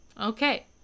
Okay